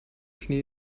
schnee